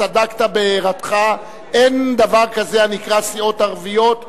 צדקת בהערתך: אין דבר כזה הנקרא "סיעות ערביות",